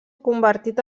convertit